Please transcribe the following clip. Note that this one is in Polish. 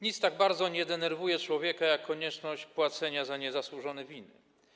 Nic tak bardzo nie denerwuje człowieka jak konieczność płacenia za niezasłużone winy.